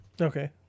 Okay